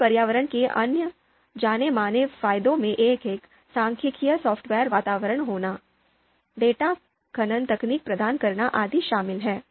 R पर्यावरण के अन्य जाने माने फायदों में यह एक सांख्यिकीय सॉफ्टवेयर वातावरण होना डेटा खनन तकनीक प्रदान करना आदि शामिल हैं